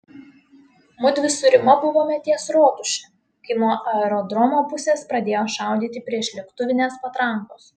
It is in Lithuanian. mudvi su rima buvome ties rotuše kai nuo aerodromo pusės pradėjo šaudyti priešlėktuvinės patrankos